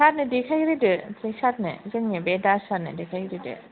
सारनो देखायग्रोदो बे सारनो जोंनि बे दास सारनो देखायग्रोदो